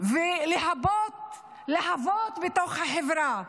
ולהבות בתוך החברה,